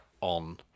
on